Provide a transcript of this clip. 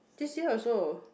this year also